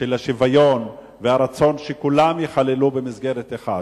של השוויון והרצון שכולם ייכללו במסגרת אחת,